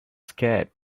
scared